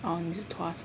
oh 你是 Tuas